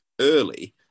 early